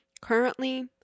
Currently